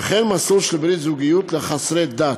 וכן מסלול של ברית זוגיות לחסרי דת.